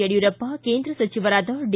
ಯಡಿಯೂರಪ್ಪ ಕೇಂದ್ರ ಸಚಿವರಾದ ಡಿ